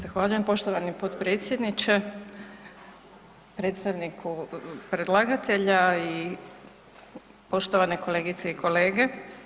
Zahvaljujem poštovani potpredsjedniče, predstavniku predlagatelja i poštovane kolegice i kolege.